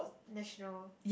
national